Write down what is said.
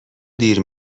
دیر